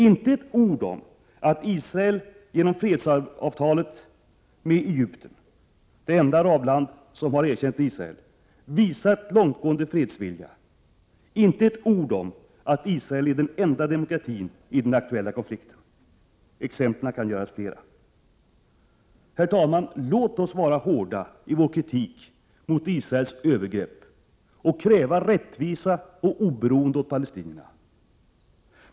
— Inte ett ord om att Israel genom fredsavtalet med Egypten — det enda arabland som har erkänt Israel — visat en långtgående fredsvilja. Inte ett ord om att Israel är den enda demokratin i den aktuella konflikten. Exemplen kan flerfaldigas. Herr talman! Låt oss vara hårda i vår kritik mot Israels övergrepp och kräva rättvisa och oberoende åt palestinierna.